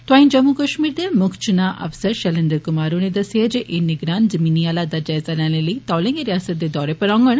तोआंई जम्मू कष्मीर दे मुक्ख चुनां अफसर पैलेन्द्र कुमार होरें दस्सेआ ऐ जे एह् निगरान जमीनी हालात दा जायजा लैने लेई तौले गै रियासतै दे दौरे पर औंडन